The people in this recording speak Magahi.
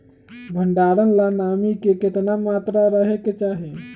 भंडारण ला नामी के केतना मात्रा राहेके चाही?